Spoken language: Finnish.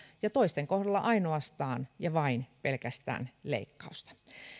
ja toisten kohdalla ainoastaan vain ja pelkästään leikkausta